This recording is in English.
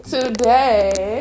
Today